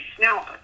Now